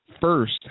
first